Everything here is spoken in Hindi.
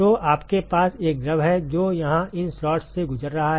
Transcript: तो आपके पास एक द्रव है जो यहां इन स्लॉट्स से गुजर रहा है